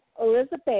Elizabeth